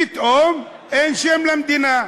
פתאום אין שם למדינה.